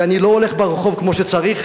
ואני לא הולך כמו שצריך,